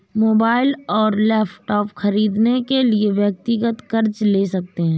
mobile और laptop खरीदने के लिए व्यक्तिगत कर्ज ले सकते है